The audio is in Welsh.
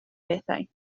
bethau